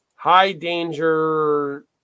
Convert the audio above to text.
High-danger